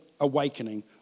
awakening